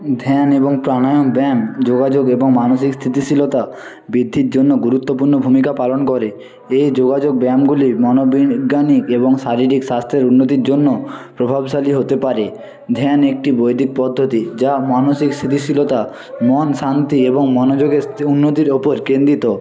ধ্যান এবং প্রাণায়াম ব্যায়াম যোগাযোগ এবং মানসিক স্থিতিশীলতা বৃদ্ধির জন্য গুরুত্বপূর্ণ ভূমিকা পালন করে এই যোগাযোগ ব্যায়ামগুলি মনোবৈজ্ঞানিক এবং শারীরিক স্বাস্থ্যের উন্নতির জন্য প্রভাবশালী হতে পারে ধ্যান একটি বৈদিক পদ্ধতি যা মানসিক স্থিতিশীলতা মন শান্তি এবং মনোযোগের উন্নতির ওপর কেন্দ্রিত